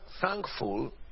Thankful